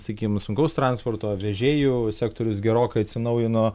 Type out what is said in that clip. sakykim sunkaus transporto vežėjų sektorius gerokai atsinaujino